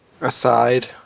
aside